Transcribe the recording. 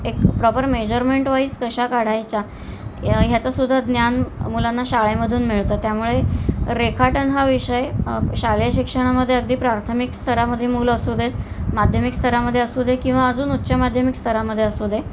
एक proper measurement wise कशा काढायचा ह्या ह्याचंसुद्धा ज्ञान मुलांना शाळेमधून मिळतं त्यामुळे रेखाटन हा विषय शालेय शिक्षणामध्ये अगदी प्राथमिक स्तरामध्ये मूल असू दे माध्यमिक स्तरामध्ये असू दे किंवा अजून उच्चमाध्यमिक स्तरामध्ये असू दे